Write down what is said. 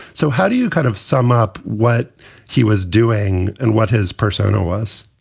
so how do you kind of sum up what he was doing and what his persona was?